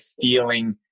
feeling